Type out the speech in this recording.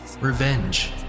revenge